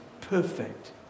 perfect